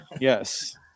yes